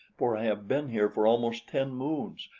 for i have been here for almost ten moons,